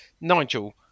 Nigel